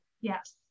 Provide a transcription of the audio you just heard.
Yes